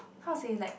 how to say like